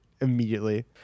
immediately